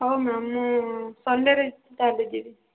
ହଉ ମ୍ୟାମ୍ ମୁଁ ସନ୍ଡ଼େରେ ତାହାଲେ ଯିବି